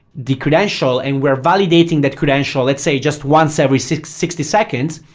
the credential, and we're validating that credential, let's say just once every sixty sixty seconds.